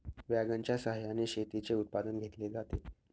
वॅगनच्या सहाय्याने शेतीचे उत्पादन घेतले जाते